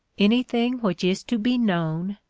anything which is to be known,